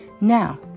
Now